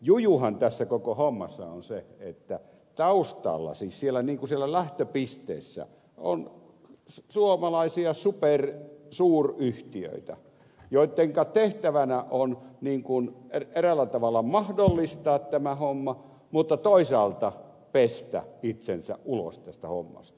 jujuhan tässä koko hommassa on se että taustalla siis siellä lähtöpisteessä on suomalaisia supersuuryhtiöitä joittenka tehtävänä on eräällä tavalla mahdollistaa tämä homma mutta toisaalta pestä itsensä ulos tästä hommasta